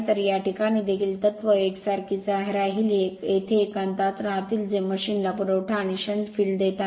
तर या प्रकरणात देखील तत्व व एकसारखीच राहील येथे एकांतात राहतील जे मशीन ला पुरवठा आणि शंट फील्ड देत आहेत